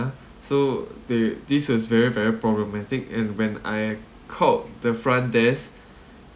ah so they this was very very problematic and when I called the front desk